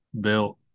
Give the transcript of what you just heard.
built